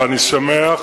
ואני שמח